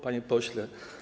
Panie Pośle!